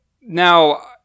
Now